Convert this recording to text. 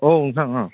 औ नोंथां ओं